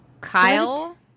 Kyle